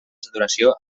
saturació